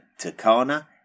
Takana